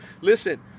Listen